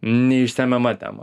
neišsemiama tema